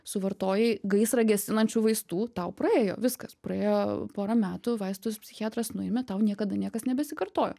suvartojai gaisrą gesinančių vaistų tau praėjo viskas praėjo pora metų vaistus psichiatras nuėmė tau niekada niekas nebesikartojo